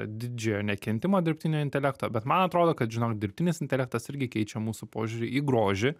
didžiojo nekentimo dirbtinio intelekto bet man atrodo kad žinoma dirbtinis intelektas irgi keičia mūsų požiūrį į grožį